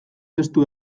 testu